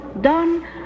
done